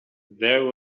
there